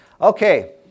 Okay